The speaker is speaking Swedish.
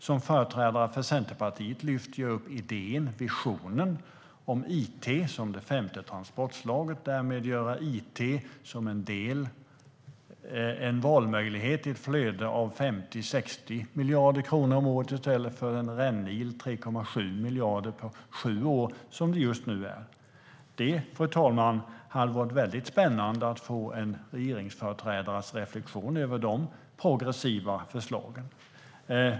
Som företrädare för Centerpartiet lyfter jag upp idén, visionen, om it som det femte transportslaget och om att därmed göra it till en valmöjlighet i ett flöde av 50-60 miljarder kronor om året i stället för en rännil på 3,7 miljarder på sju år som det just nu är. Det hade varit spännande, fru talman, att få en regeringsföreträdares reflektion över de progressiva förslagen.